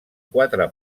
quatre